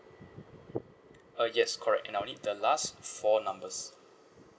uh yes correct and I'll need the last four numbers